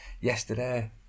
yesterday